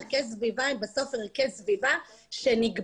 ערכי סביבה הם בסוף ערכי סביבה שנקבעים